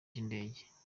cy’indege